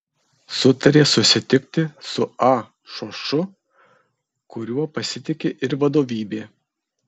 sutarė susitikti su a šošu kuriuo pasitiki ir vadovybė